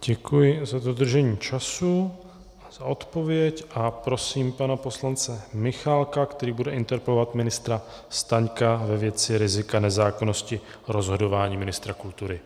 Děkuji za dodržení času a za odpověď a prosím pana poslance Michálka, který bude interpelovat ministra Staňka ve věci rizika nezákonnosti rozhodování ministra kultury.